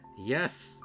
Yes